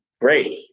great